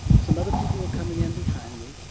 some other people were coming in behind me.